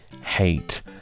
hate